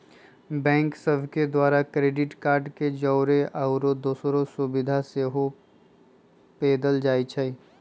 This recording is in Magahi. बैंक सभ के द्वारा क्रेडिट कार्ड के जौरे आउरो दोसरो सुभिधा सेहो पदेल जाइ छइ